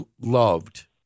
loved